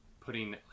putting